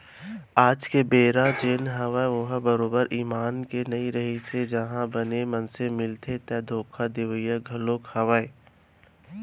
आज के बेरा जेन हवय ओहा बरोबर ईमान के नइ रहिगे हे इहाँ बने मनसे मिलथे ता धोखा देवइया घलोक हवय